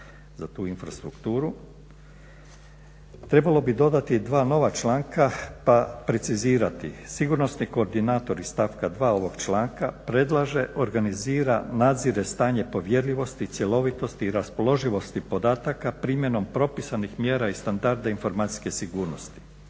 za tu infrastrukturu trebalo bi dodati dva nova članka pa precizirati. Sigurnosni koordinator iz stavka 2. ovog članka predlaže, organizira, nadzire stanje povjerljivosti i cjelovitosti i raspoloživosti podataka primjenom propisanih mjera iz standarda informacijske sigurnosti